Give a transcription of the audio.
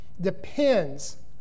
depends